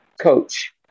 Coach